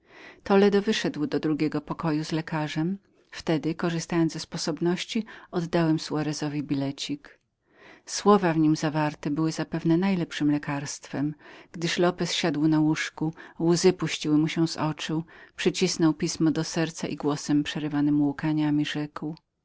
toledo wyszedł do drugiego pokoju z lekarzem wtedy korzystając ze sposobności oddałem soarezowi bilecik słowa w nim zawarte zapewne były najlepszem lekarstwem gdyż lopez siadł na łóżku łzy puściły mu się z oczu przycisnął pismo do serca i głosem przerywanym łkaniami rzekł